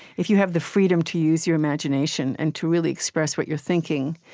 if you have the freedom to use your imagination and to really express what you're thinking,